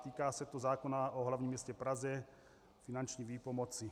Týká se to zákona o hlavním městě Praze, finanční výpomoci.